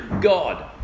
God